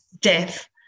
death